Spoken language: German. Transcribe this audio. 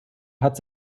hat